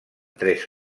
tres